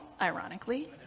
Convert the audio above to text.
ironically